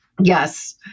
Yes